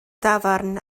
dafarn